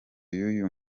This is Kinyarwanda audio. y’uyu